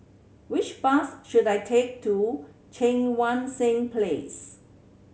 which bus should I take to Cheang Wan Seng Place